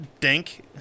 dink